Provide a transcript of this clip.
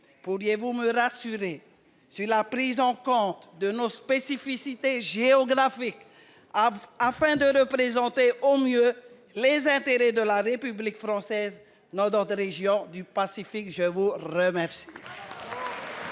pourriez-vous me rassurer sur la prise en compte de nos spécificités géographiques, afin de représenter au mieux les intérêts de la République française dans notre région du Pacifique ? La parole